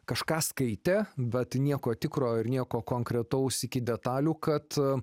kažką skaitė bet nieko tikro ir nieko konkretaus iki detalių kad